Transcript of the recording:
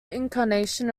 incarnation